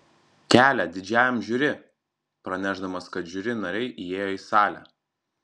kelią didžiajam žiuri pranešdamas kad žiuri nariai įėjo į salę